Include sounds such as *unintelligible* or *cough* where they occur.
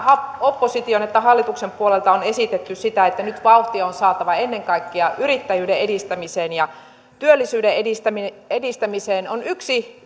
opposition että hallituksen puolelta on esitetty sitä että nyt vauhtia on saatava ennen kaikkea yrittäjyyden edistämiseen ja työllisyyden edistämiseen edistämiseen on yksi *unintelligible*